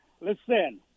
Listen